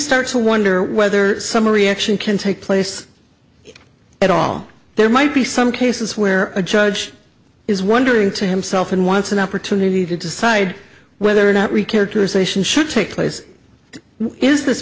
start to wonder whether some reaction can take place at all there might be some cases where a judge is wondering to himself and wants an opportunity to decide whether or not we care to say sion should take place is this